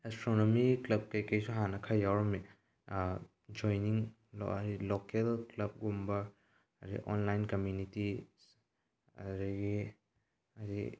astronomy club ꯀꯩꯀꯩꯁꯨ ꯍꯥꯟꯅ ꯈꯔ ꯌꯥꯎꯔꯝꯃꯤ ꯖꯣꯏꯟꯅꯤꯡ ꯍꯥꯏꯗꯤ ꯂꯣꯀꯦꯜ ꯀꯂꯕ ꯒꯨꯝꯕ ꯑꯗꯩ ꯑꯣꯟꯂꯥꯏꯟ ꯀꯝꯃꯤꯅꯤꯇꯤ ꯑꯗꯨꯗꯒꯤ ꯍꯥꯏꯗꯤ